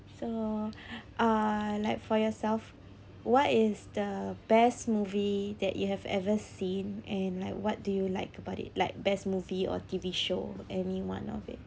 so uh like for yourself what is the best movie that you have ever seen and like what do you like about it like best movie or T_V show anyone of it